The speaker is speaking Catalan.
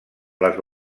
les